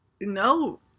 no